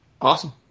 Awesome